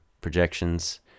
projections